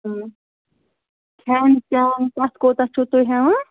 کھٮ۪ن چٮ۪ن تتھ کوٗتاہ چھُو تُہۍ ہٮ۪وان